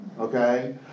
Okay